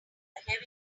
through